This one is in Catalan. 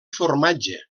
formatge